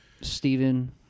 Stephen